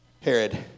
Herod